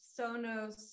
Sonos